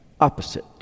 opposite